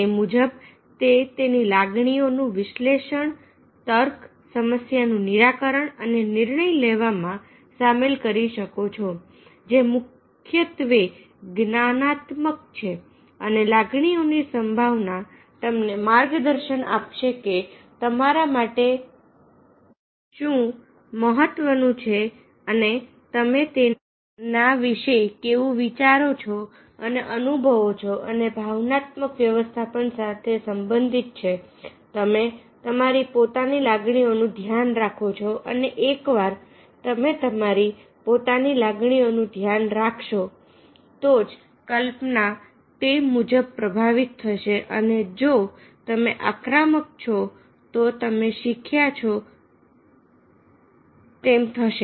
તે મુજબ તે તેની લાગણીઓ નું વિશ્લેષણ તર્ક સમસ્યાનું નિરાકરણ અને નિર્ણય લેવામાં સામેલ કરી શકો છો જે મુખ્યત્વે જ્ઞાનાત્મક છે અને લાગણીઓની સંભાવના તમને માર્ગદર્શન આપશે કે તમારા માટે શું મહત્વનું છે અને તમે તેના વિશે કેવું વિચારો છો અને અનુભવો છો અને ભાવનાત્મક વ્યવસ્થાપન સાથે સંબંધિત છે તમે તમારી પોતાની લાગણીઓ નું ધ્યાન રાખો છો અને એકવાર તમે તમારી પોતાની લાગણીઓ નું ધ્યાન રાખશો તો જ કલ્પના તે મુજબ પ્રભાવિત થશે અને જો તમે આક્રમક છો તો તમે શીખ્યા છો તેમ થશે